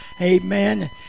amen